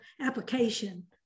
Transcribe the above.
application